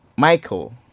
Michael